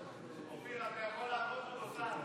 אופיר, אתה יכול לעבוד במוסד.